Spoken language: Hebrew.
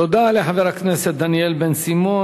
תודה לחבר הכנסת דניאל בן-סימון.